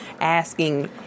asking